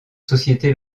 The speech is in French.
sociétés